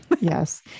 yes